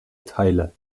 teile